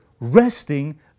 Resting